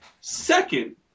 Second